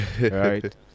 right